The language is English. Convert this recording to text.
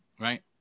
Right